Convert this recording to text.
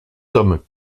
tome